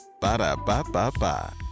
ba-da-ba-ba-ba